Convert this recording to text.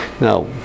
Now